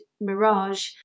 Mirage